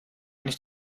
nicht